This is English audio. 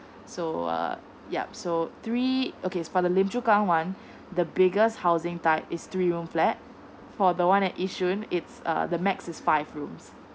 so uh yup so three okay for the lim chu kang one the biggest housing type is three room flat for the one at yishun it's err the max is five rooms